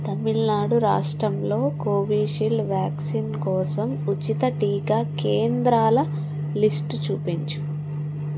తమిళనాడు రాష్ట్రంలో కోవిషీల్డ్ వ్యాక్సిన్ కోసం ఉచిత టీకా కేంద్రాల లిస్టు చూపించు